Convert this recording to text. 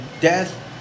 Death